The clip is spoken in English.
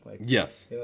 Yes